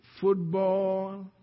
Football